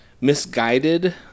Misguided